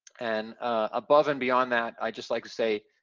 and above and beyond that, i'd just like to say,